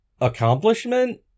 accomplishment